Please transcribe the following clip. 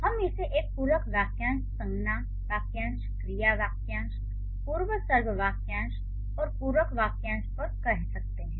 हम इसे एक पूरक वाक्यांश संज्ञा वाक्यांश क्रिया वाक्यांश पूर्वसर्ग वाक्यांश और पूरक वाक्यांश कह सकते हैं